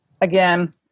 Again